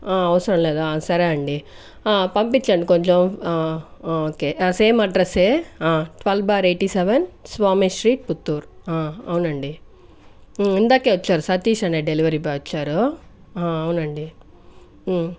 అవసరం లేదా సరే అండి పంపించండి కొంచెం okay same address A twelve bar eighty seven Swami street Puttur అవునండి ఇందాకే వచ్చారు సతీష్ అనే డెలివరీ బాయ్ వచ్చారు అవునండి